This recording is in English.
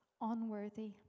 unworthy